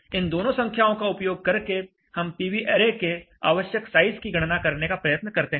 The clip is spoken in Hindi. इन दोनों संख्याओं का उपयोग करके हम पीवी ऐरे के आवश्यक साइज की गणना करने का प्रयत्न करते हैं